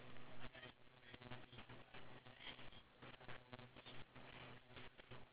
ya you can actually smell there's some flavours that's lavender or like even candles